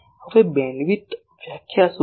હવે બેન્ડવિડ્થ વ્યાખ્યા શું છે